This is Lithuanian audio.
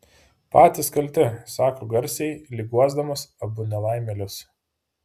patys kalti sako garsiai lyg guosdamas abu nelaimėlius